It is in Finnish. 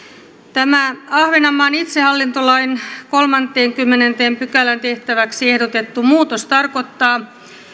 tämä ahvenanmaan itsehallintolain kolmanteenkymmenenteen pykälään tehtäväksi ehdotettu muutos tarkoittaa